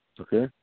Okay